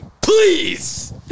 Please